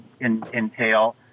entail